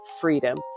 freedom